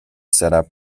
setup